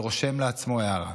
ורושם לעצמו הערה.